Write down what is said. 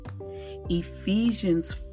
Ephesians